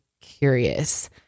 curious